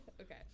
Okay